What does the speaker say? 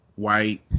white